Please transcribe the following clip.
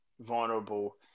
vulnerable